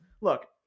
look